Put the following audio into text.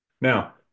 Now